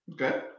Okay